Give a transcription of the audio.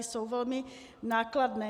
Jsou velmi nákladné.